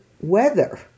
weather